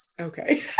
Okay